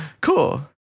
Cool